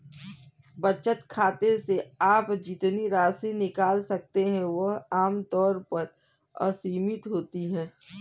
बचत खाते से आप जितनी राशि निकाल सकते हैं वह आम तौर पर असीमित होती है